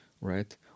right